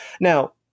Now